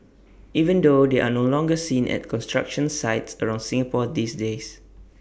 even though they're no longer seen at construction sites around Singapore these days